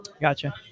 gotcha